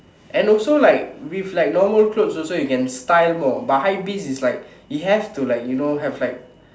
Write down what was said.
and also like with like normal clothes also you can style more but hypebeast is like you have to like you know have like